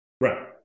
Right